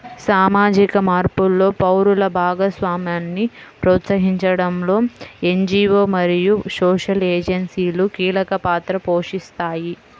సామాజిక మార్పులో పౌరుల భాగస్వామ్యాన్ని ప్రోత్సహించడంలో ఎన్.జీ.వో మరియు సోషల్ ఏజెన్సీలు కీలక పాత్ర పోషిస్తాయి